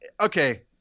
okay